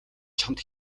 чамд